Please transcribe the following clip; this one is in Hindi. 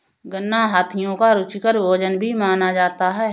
गन्ना हाथियों का रुचिकर भोजन भी माना जाता है